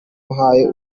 muhaye